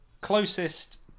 closest